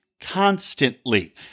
constantly